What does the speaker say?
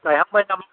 गायहांबाय नामा